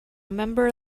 member